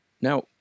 now